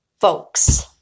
folks